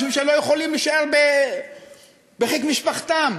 משום שהם לא יכולים להישאר בחיק משפחתם.